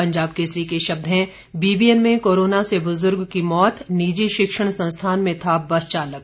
पंजाब केसरी के शब्द हैं बीबीएन में कोरोना से बुजुर्ग की मौत निजी शिक्षण संस्थान में था बस चालक